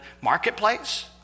marketplace